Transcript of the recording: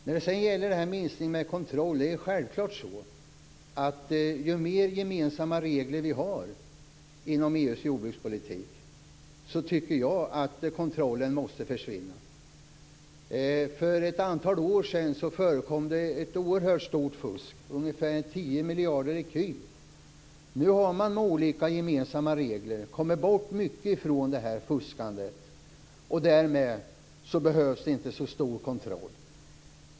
När det gäller minskningen av kontrollen tycker jag att det är självklart att när vi får mer av gemensamma regler inom EU:s jordbrukspolitik måste kontrollen i samma mån försvinna. För ett antal år sedan förekom det ett oerhört stort fusk, ungefär motsvarande 10 miljarder ecu. Nu har man med olika gemensamma regler kommit bort från mycket av detta fuskande, och därmed behövs det inte så stor kontroll.